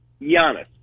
Giannis